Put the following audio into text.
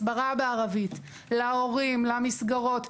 הסברה בערבית להורים, למסגרות.